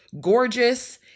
gorgeous